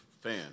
fan